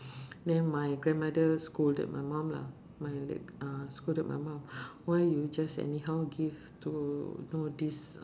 then my grandmother scolded my mum lah my late uh scolded my mum why you just anyhow give to y~ know this